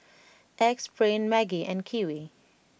Axe Brand Maggi and Kiwi